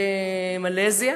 במלזיה,